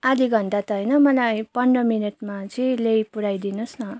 आधी घण्टा त होइन मलाई पन्ध्र मिनटमा चाहिँ ल्याइपुर्याइ दिनु होस् न